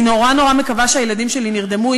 אני נורא נורא מקווה שהילדים שלי נרדמו,